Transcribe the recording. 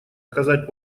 оказать